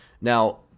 Now